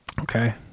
Okay